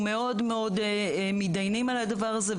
אנחנו מאוד מתדיינים על הדבר הזה,